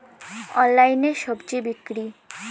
অনলাইনে স্বজি বিক্রি?